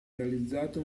realizzato